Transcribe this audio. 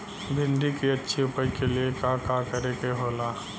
भिंडी की अच्छी उपज के लिए का का करे के होला?